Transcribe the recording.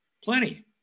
plenty